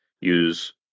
use